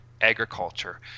agriculture